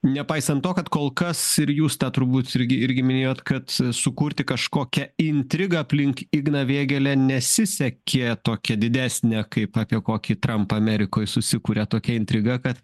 nepaisant to kad kol kas ir jūs tą turbūt irgi irgi minėjot kad sukurti kažkokią intrigą aplink igną vėgėlę nesisekė tokią didesnę kaip apie kokį trampą amerikoj susikuria tokia intriga kad